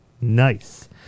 Nice